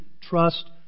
trust